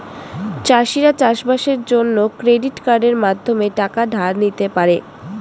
চাষিরা চাষবাসের জন্য ক্রেডিট কার্ডের মাধ্যমে টাকা ধার নিতে পারে